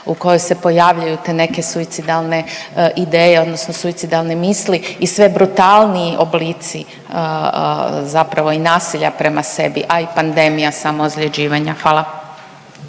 u kojoj se pojavljuju te neke suicidalne ideje odnosno suicidalne misli i sve brutalniji oblici zapravo i nasilja prema sebi, a i pandemija samoozljeđivanja. Hvala.